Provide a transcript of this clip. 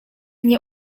nie